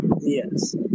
Yes